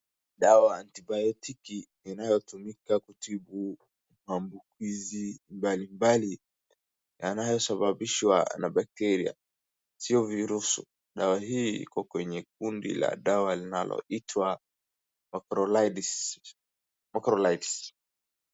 Dawa antibiotiki inayotumika kutibu maambukizi mbalimbali yanayosababishwa na bakteria, sio virusu . Dawa hii iko kwenye kundi la dawa linaloitwa macrolides , macrolites .